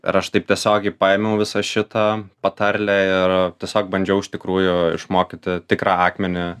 ir aš taip tiesiogiai paėmiau visą šitą patarlę ir tiesiog bandžiau iš tikrųjų išmokyti tikrą akmenį